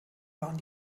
waren